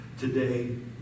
today